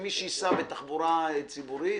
בתחבורה ציבורית